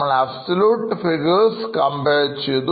നമ്മൾ absolute values Compare ചെയ്തു